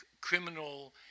criminal